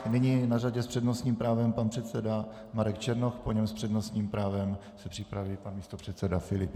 Nyní je na řadě s přednostním právem pan předseda Marek Černoch, po něm s přednostním právem se připraví pan místopředseda Filip.